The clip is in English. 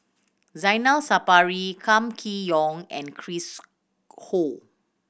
Zainal Sapari Kam Kee Yong and Chris Ho